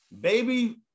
baby